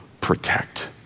protect